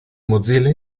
mozilla